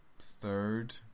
third